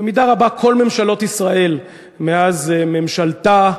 במידה רבה כל ממשלות ישראל מאז ממשלתה,